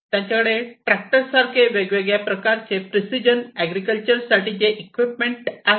त्यांच्याकडे ट्रॅक्टर सारखे वेगळ्या प्रकारचे प्रिसिजन अग्रिकल्चर साठीचे इक्विपमेंट आहेत